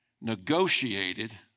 negotiated